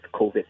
COVID